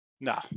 No